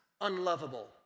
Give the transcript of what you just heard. unlovable